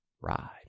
Ride